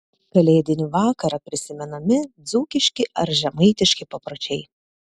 kalėdinį vakarą prisimenami dzūkiški ar žemaitiški papročiai